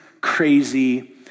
crazy